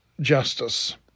justice